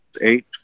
eight